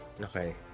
Okay